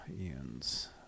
Ian's